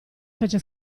fece